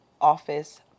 office